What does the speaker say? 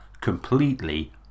completely